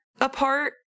apart